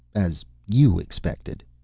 as you expected.